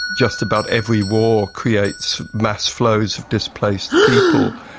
just about every war creates mass flows of displaced people,